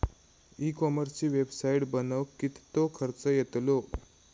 E कॉमर्सची website बनवक किततो खर्च येतलो?